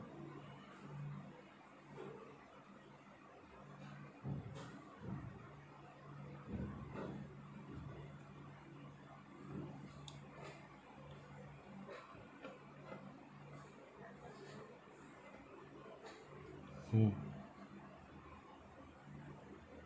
mm